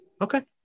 okay